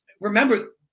Remember